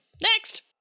Next